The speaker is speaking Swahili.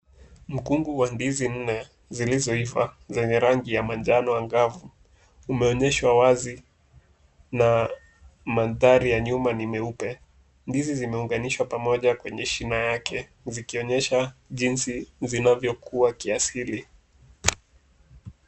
Mkungu wa ndizi nne zilizoiva zenye rangi ya manjano angavu, umeonyeshwa wazi na mandhari ya nyuma ni meupe. Ndizi zimeunganishwa pamoja kwenye shina yake, zikionyesha jinsi zinavyokuwa kiasili.